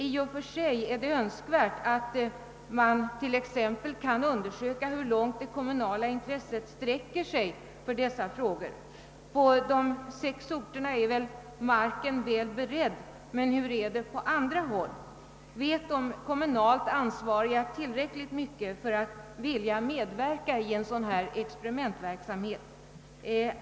I och för sig är det önskvärt att man t.ex. kan undersöka hur långt det kommunala intresset för dessa frågor sträcker sig. På de sex orterna torde marken vara väl beredd. Men hur är det på andra håll? Vet de kommunalt ansvariga tillräckligt mycket för att vilja medverka i en sådan här experimentverksamhet?